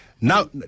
Now